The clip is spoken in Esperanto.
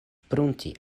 prunti